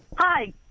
Hi